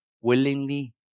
willingly